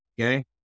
Okay